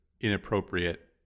inappropriate